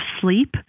sleep